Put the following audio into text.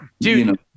Dude